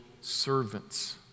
servants